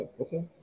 okay